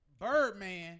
Birdman